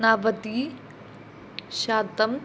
नवतिः शतम्